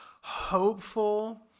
hopeful